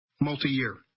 multi-year